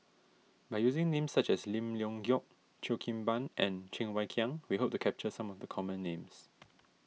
by using names such as Lim Leong Geok Cheo Kim Ban and Cheng Wai Keung we hope to capture some of the common names